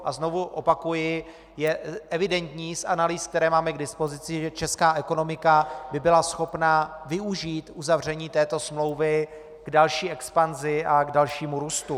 A znovu opakuji: Je evidentní z analýz, které máme k dispozici, že česká ekonomika by byla schopna využít uzavření této smlouvy k další expanzi a k dalšímu růstu.